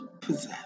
possess